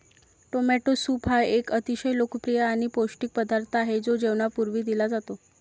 tomato soup हा एक अतिशय लोकप्रिय आणि पौष्टिक पदार्थ आहे जो जेवणापूर्वी दिला जातो